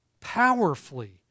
powerfully